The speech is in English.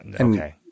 Okay